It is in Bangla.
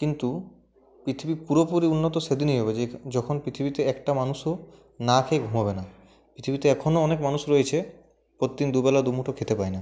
কিন্তু পৃথিবী পুরোপুরি উন্নত সেদিনই হবে যখন পৃথিবীতে একটা মানুষও না খেয়ে ঘুমাবে না পৃথিবীতে এখনো অনেক মানুষ রয়েছে প্রতিদিন দুবেলা দু মুঠো খেতে পায় না